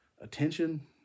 attention